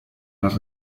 las